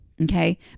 Okay